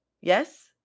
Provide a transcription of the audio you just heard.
yes